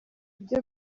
ibyo